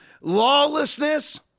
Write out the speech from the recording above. Lawlessness